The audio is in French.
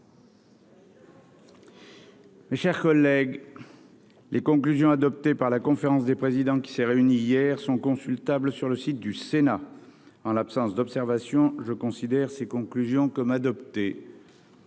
est reprise. Les conclusions adoptées par la conférence des présidents, qui s'est réunie hier, sont consultables sur le site du Sénat. En l'absence d'observations, je considère ces conclusions comme adoptées.-